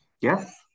Yes